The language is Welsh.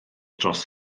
dros